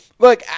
Look